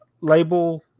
label